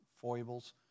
foibles